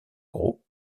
gros